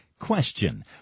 Question